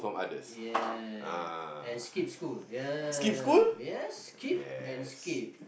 ya and skip school ya ya skip and skip